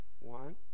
one